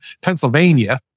Pennsylvania